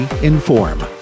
Inform